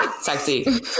sexy